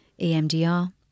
EMDR